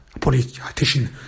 politician